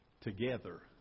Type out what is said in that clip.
together